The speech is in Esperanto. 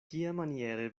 kiamaniere